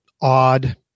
odd